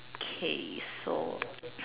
okay so